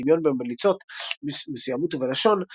או דמיון במליצות מסוימות ובלשון,